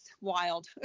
wild